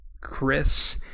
Chris